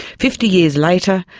fifty years later,